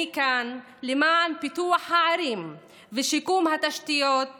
אני כאן למען פיתוח הערים ושיקום התשתיות הרעועות.